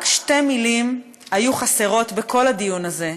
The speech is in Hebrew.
רק שתי מילים היו חסרות בכל הדיון הזה,